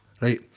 right